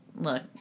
Look